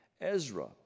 Ezra